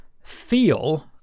feel